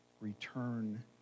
return